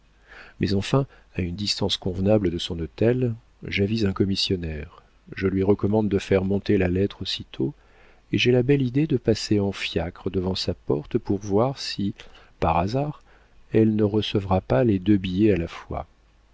mais enfin à une distance convenable de son hôtel j'avise un commissionnaire je lui recommande de faire monter la lettre aussitôt et j'ai la belle idée de passer en fiacre devant sa porte pour voir si par hasard elle ne recevra pas les deux billets à la fois